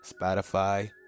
spotify